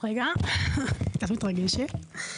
רגע, אני קצת מתרגשת.